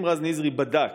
אם רז נזרי בדק